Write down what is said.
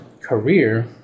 career